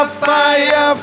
fire